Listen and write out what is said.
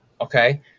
okay